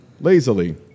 Lazily